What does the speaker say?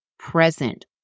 Present